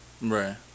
Right